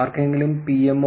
ആർക്കെങ്കിലും pmoindia